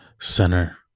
center